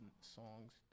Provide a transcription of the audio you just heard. songs